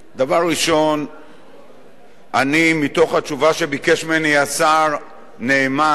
דבר ראשון מתוך התשובה שביקש ממני השר נאמן,